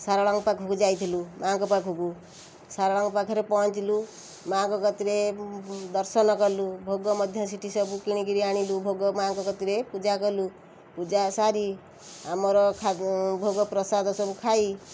ଶାରଳାଙ୍କ ପାଖକୁ ଯାଇଥିଲୁ ମାଆଙ୍କ ପାଖକୁ ଶାରଳାଙ୍କ ପାଖରେ ପହଞ୍ଚିଲୁ ମାଆଙ୍କ କତିରେ ଦର୍ଶନ କଲୁ ଭୋଗ ମଧ୍ୟ ସେଠି ସବୁ କିଣିକିରି ଆଣିଲୁ ଭୋଗ ମାଆଙ୍କ କତିରେ ପୂଜା କଲୁ ପୂଜା ସାରି ଆମର ଭୋଗ ପ୍ରସାଦ ସବୁ ଖାଇ